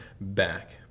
back